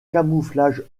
camouflage